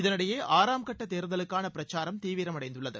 இதனிடையே ஆறாம் கட்ட தேர்தலுக்கான பிரச்சாரம் தீவிரமடைந்துள்ளது